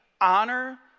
honor